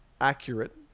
accurate